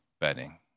betting